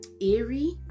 eerie